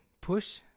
Push